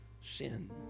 sin